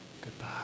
Goodbye